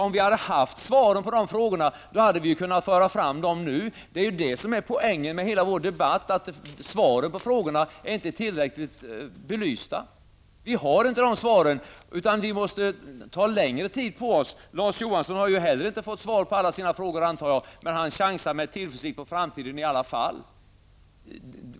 Om vi hade haft svaren på dessa frågor, hade vi kunnat föra fram dem nu. Svaren på frågorna är inte tillräckligt belysta. Vi har inte några svar, eftersom vi måste ta längre tid på oss. Jag antar att inte heller Larz Johansson har svar på sina frågor, men han chansar i alla fall med tillförsikt på framtiden.